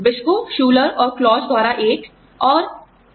Briscoe Schuler और क्लॉसBriscoe Schuler and Claus द्वारा एक